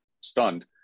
stunned